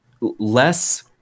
less